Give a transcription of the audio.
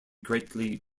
greatly